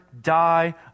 die